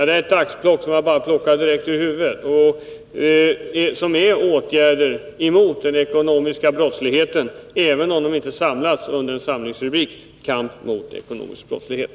Det här är bara ett axplock av exempel, och det gäller åtgärder mot den ekonomiska brottsligheten, även om de inte upptas under samlingsrubriken Kamp mot ekonomisk brottslighet.